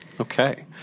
Okay